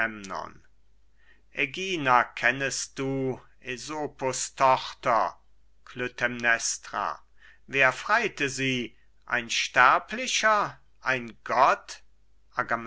kennest du asopus tochter klytämnestra wer freite sei ein sterblicher ein gott